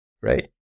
right